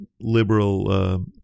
liberal